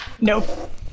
nope